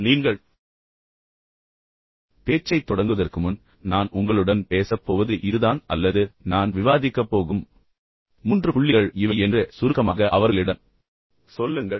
எனவே நீங்கள் பேச்சைத் தொடங்குவதற்கு முன் நான் உங்களுடன் பேசப் போவது இதுதான் அல்லது நான் விவாதிக்கப் போகும் மூன்று புள்ளிகள் இவை என்று சுருக்கமாக அவர்களிடம் சொல்லுங்கள்